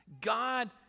God